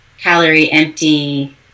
calorie-empty